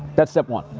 that's step one,